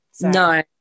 no